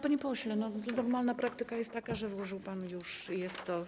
Panie pośle, normalna praktyka jest taka, że złożył pan, już jest to.